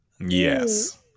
yes